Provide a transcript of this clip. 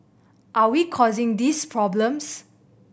are we causing these problems